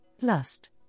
lust